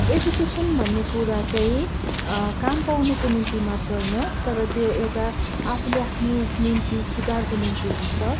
education भन्ने कुरा चाहिँ काम पाउनुको निम्ति मात्र होइन तर त्यो एउटा आफूले आफ्नो निम्ति सुधारको निम्ति हुन्छ